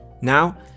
Now